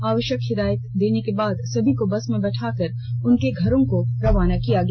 आवश्यक हिदायत देने के बाद सभी को बस में बैठा कर उनके घरों को रवाना किया गया